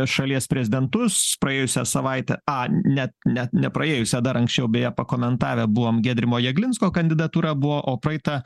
šalies prezidentus praėjusią savaitę a ne net ne praėjusią dar anksčiau beje pakomentavę buvom giedrimo eglinsko kandidatūra buvo o praeitą